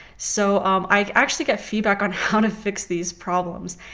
so um i've actually get feedback on how to fix these problems.